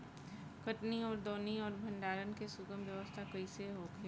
कटनी और दौनी और भंडारण के सुगम व्यवस्था कईसे होखे?